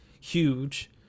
huge